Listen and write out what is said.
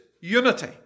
unity